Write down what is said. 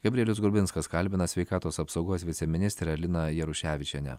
gabrielius grubinskas kalbina sveikatos apsaugos viceministrę liną jaruševičienę